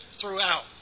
throughout